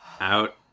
out